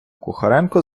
кухаренко